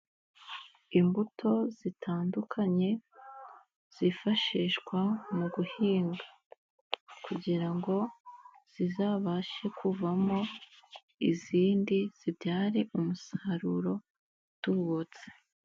Imbuto zitandukanye, zifashishwa mu guhinga kugira ngo zizabashe kuvamo izindi zibyare umusaruro utubutse.